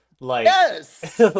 Yes